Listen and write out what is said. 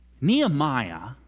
Nehemiah